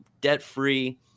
debt-free